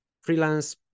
Freelance